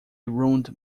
ruined